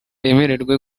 yemererwe